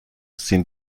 sind